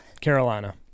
Carolina